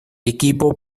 equipo